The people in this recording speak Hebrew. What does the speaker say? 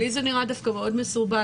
לי זה נראה דווקא מאוד מסורבל,